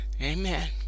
amen